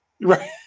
Right